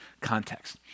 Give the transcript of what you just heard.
context